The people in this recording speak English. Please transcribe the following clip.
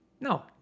No